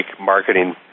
marketing